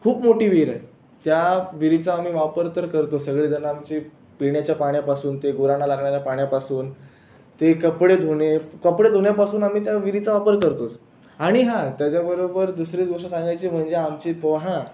खूप मोठी विहीर आहे त्या विहिरीचा आम्ही वापर तर करतोच सगळेजणं आमची पिण्याच्या पाण्यापासून ते गुरांना लागणाऱ्या पाण्यापासून ते कपडे धुणे कपडे धुण्यापासून आम्ही त्या विहिराचा वापर करत असतो आणि हां त्याच्याबरोबर दुसरी गोष्ट सांगायची म्हणजे आमची पोहा